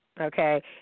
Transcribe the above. Okay